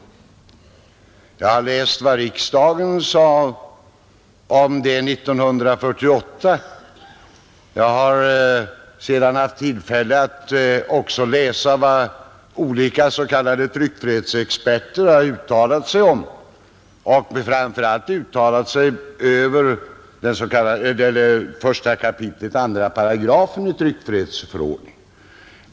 Vidare har jag läst vad riksdagen sade om det 1948. Och jag har sedan haft tillfälle att läsa vad olika s.k. tryckfrihetsexperter uttalat — framför allt om 1 kap. 2 § i tryckfrihetsförordningen.